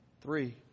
three